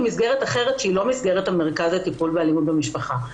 במסגרת אחרת שלא במסגרת המרכז לטיפול באלימות במשפחה.